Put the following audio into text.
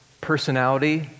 personality